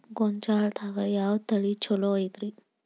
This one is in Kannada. ಗೊಂಜಾಳದಾಗ ಯಾವ ತಳಿ ಛಲೋ ಐತ್ರಿ?